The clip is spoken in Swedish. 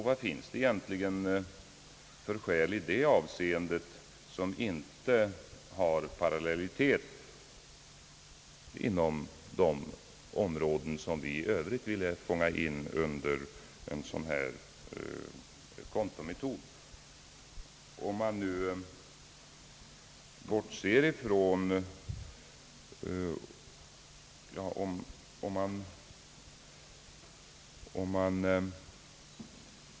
Vad finns det egentligen för skäl i detta avseende, som inte har parallellitet inom de områden som vi i övrigt vill fånga in under en sådan här kontometod?